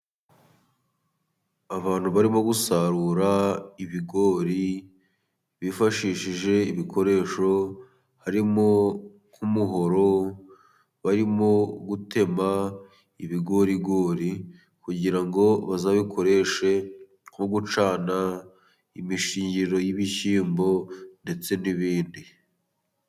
Abantu barimo gusarura ibigori，bifashishije ibikoresho，harimo umuhoro， barimo gutema ibigorigori， kugira ngo bazabikoreshe nko gucana imishingiriro，y'ibishyimbo ndetse n'ibindi.